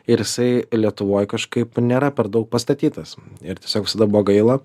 ir jisai lietuvoj kažkaip nėra per daug pastatytas ir tiesiog visada buvo gaila